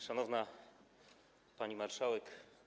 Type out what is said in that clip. Szanowna Pani Marszałek!